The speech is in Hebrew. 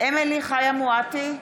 אמילי חיה מואטי,